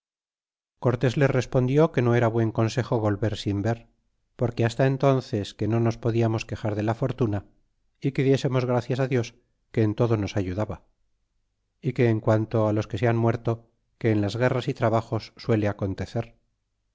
cortés les respondió que no era buen consejo volver sin ver porque hasta entónces que no nos podiamos quejar de la fortuna é que diésemos gracias dios que en todo nos ayudaba y que en quanto los que se han muerto que en las guerras y trabajos suele acontecer